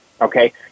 okay